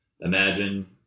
Imagine